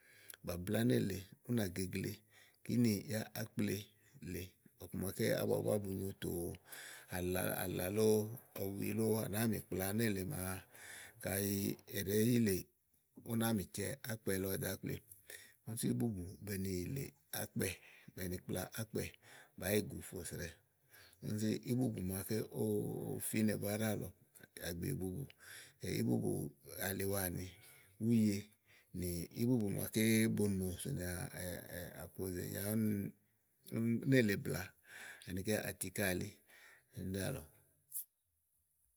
ba bla nélèe ú nà gegle kíni yá ákple lèe ɔkuma ké áwa búá bu no zóoo, ala lóó, ɔwi lóó ànàáa nì kpla nélèe màa kayi è ɖèé yìlè ú náá mí cɛ ákpɛ lɔ dò ákple nélèe, úni sú ìbùbù úni sú íbùbù be ni yìlè akpɛ, be ni kpla àkpɛ̀ bàá yì gu fò srɛ úni sù íbùbù màaké ówo fínɛ búá ɖáàlɔ àgbììbubù, ìbùbù aliwa àni, ùye nì ìbùbù màaké bo nò sònìà àpòzè úni nélèe blàa anikɛ́ atiká elí úni ɖíàlɔ.